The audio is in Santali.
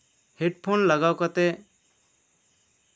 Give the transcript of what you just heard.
ᱦᱮᱰᱯᱷᱳᱱ ᱞᱟᱜᱟᱣ ᱠᱟᱛᱮ